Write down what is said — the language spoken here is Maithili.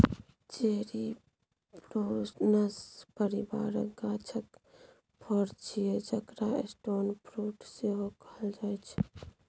चेरी प्रुनस परिबारक गाछक फर छियै जकरा स्टोन फ्रुट सेहो कहल जाइ छै